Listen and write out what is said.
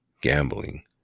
gambling